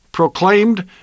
Proclaimed